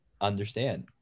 understand